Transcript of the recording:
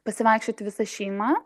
pasivaikščioti visa šeima